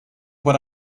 what